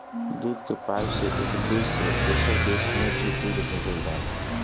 दूध के पाइप से एक देश से दोसर देश में भी दूध भेजल जाला